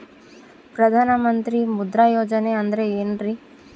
ಪ್ರಧಾನ ಮಂತ್ರಿ ಮುದ್ರಾ ಯೋಜನೆ ಅಂದ್ರೆ ಏನ್ರಿ?